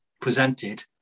presented